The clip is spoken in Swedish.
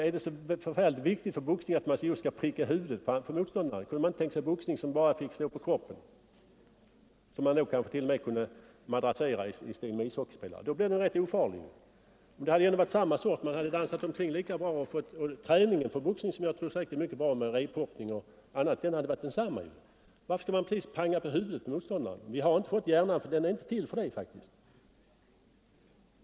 Är det så viktigt för boxningen att man får pricka motståndaren just i huvudet? Är det inte tänkbart med en boxningsform, där endast slag mot kroppen är tillåtna? Denna kunde då kanske t.o.m. madrasseras på liknande sätt som sker inom ishockeyn. Då blir boxningen rätt ofarlig. Man skulle då kunna dansa omkring lika mycket och få samma träning, t.ex. med rephoppning, som säkerligen är mycket nyttig. Men varför skall man absolut panga motståndaren i huvudet? Hjärnan är faktiskt inte gjord för sådant.